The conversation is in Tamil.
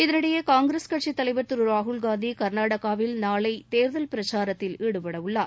இதனிடையே காங்கிரஸ் கட்சி தலைவர் திரு ராகுல்காந்தி கர்நாடகாவில் நாளை தேர்தல் பிரச்சாரத்தில் ஈடுபட உள்ளார்